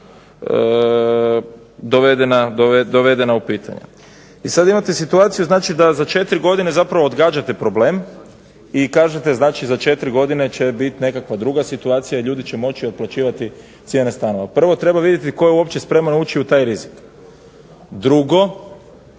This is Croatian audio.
dovedena u pitanje. I sada imate situaciju da sada 4 godine odgađate problem i kažete za 4 godine će biti nekakva druga situacija i ljudi će moći otplaćivati cijene stanova. Prvo treba vidjeti tko je uopće spreman ući u taj rizik. Drugo,